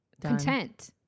content